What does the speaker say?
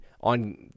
on